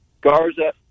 Garza